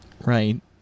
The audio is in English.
Right